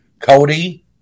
Cody